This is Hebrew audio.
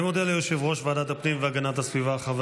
אני מודה ליושב-ראש ועדת הפנים והגנת הסביבה חבר